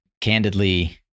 Candidly